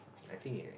I think I